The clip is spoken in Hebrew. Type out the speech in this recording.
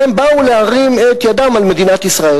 והם באו להרים את ידם על מדינת ישראל,